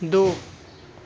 دو